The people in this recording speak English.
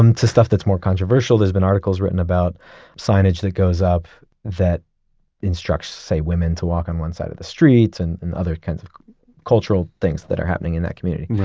um to stuff that's more controversial. there's been articles written about signage that goes up that instructs, say, women to walk on one side of the street and and other kinds of cultural things that are happening in that community.